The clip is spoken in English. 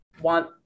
want –